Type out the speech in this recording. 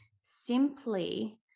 simply